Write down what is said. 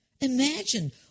Imagine